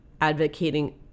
advocating